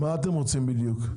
מה אתם רוצים בדיוק?